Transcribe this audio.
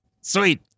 Sweet